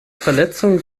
verletzung